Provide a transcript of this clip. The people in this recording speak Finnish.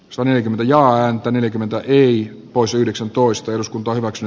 zone kympillä ääntä neljäkymmentäviisi pois yhdeksäntoista eduskunta hyväksy